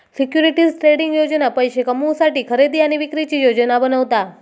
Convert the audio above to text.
securities trading योजना पैशे कमवुसाठी खरेदी आणि विक्रीची योजना बनवता